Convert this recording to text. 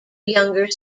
younger